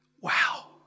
Wow